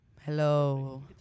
Hello